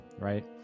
right